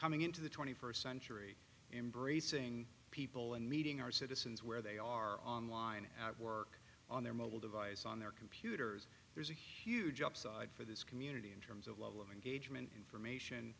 coming into the twenty first century embracing people and meeting our citizens where they are online at work on their mobile device on their computers there's a huge upside for this community in terms of level of engagement information